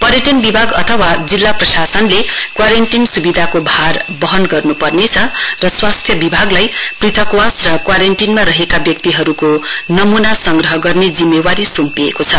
पर्यटन विभाग अथवा जिल्ला प्रशासनले क्वारेन्टीन स्विधाको भार वहन गर्न्पर्नेछ र स्वास्थ्य विभागलाई पृथकवास र क्वारेन्टीनमा रहेका व्यक्तहरुको नमूना संग्रह गर्ने जिम्मेवारी स्म्पिएको छ